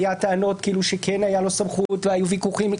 היו טענות כאילו שכן הייתה לו סמכות והיו ויכוחים אם